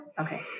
Okay